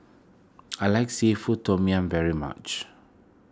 I like Seafood Tom Yum very much